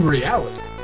Reality